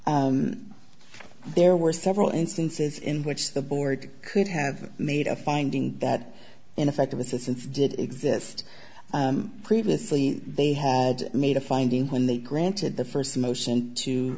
bad there were several instances in which the board could have made a finding that ineffective assistance did exist previously they had made a finding when they granted the st motion to